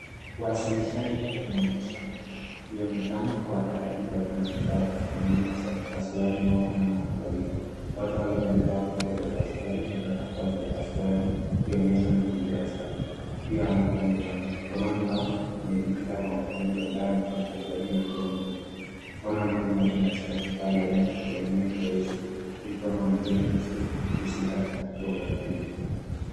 Uasilishaji huu unaonyesha mionekano kwa utaratibu wa kimatibabu pengine upasuaji unaofanywa na watu wawili. Watu hawa wawili wamevaa kofia za upasuaji na barakoa za upasuaji ikionyesha mazingira safi, pia wamevaa miwani. Mikononi yao imejikita kwa mgonjwa ambaye amefunikwa zaidi na nguo nyeupe. Mikono ya mtu mmoja inashika kifaa laini pengine [cs[foresi huku mikono mingine ikihusika katika utaratibu.